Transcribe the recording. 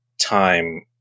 time